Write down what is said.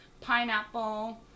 pineapple